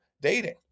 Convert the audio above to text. dating